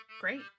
Great